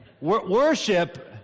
worship